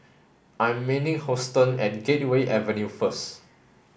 I am meeting Houston at Gateway Avenue first